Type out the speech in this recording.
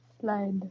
Slide